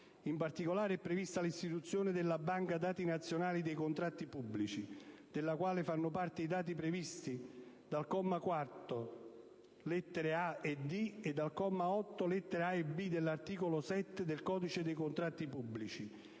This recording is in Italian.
In particolare è prevista l'istituzione della Banca dati nazionale dei contratti pubblici, della quale fanno parte i dati previsti dal comma 4, lettere *a)* e *d)*, e dal comma 8, lettere *a)* e *b)*, dell'articolo 7 del codice dei contratti pubblici,